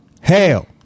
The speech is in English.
hell